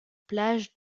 plage